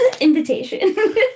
Invitation